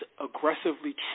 aggressively